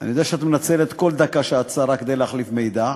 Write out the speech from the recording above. אני יודע שאת מנצלת כל דקה שאת שרה כדי להחליף מידע,